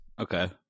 Okay